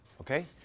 okay